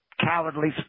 cowardly